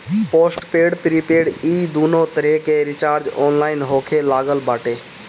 postpaid prepaid इ दूनो तरही के रिचार्ज ऑनलाइन होखे लागल बाटे